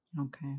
Okay